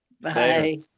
Bye